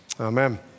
Amen